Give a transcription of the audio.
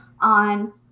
on